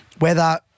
weather